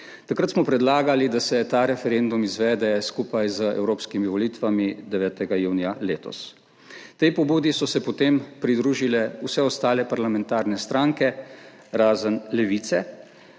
Takrat smo predlagali, da se ta referendum izvede skupaj z evropskimi volitvami 9. junija letos. Tej pobudi so se potem pridružile vse ostale parlamentarne stranke, razen Levica,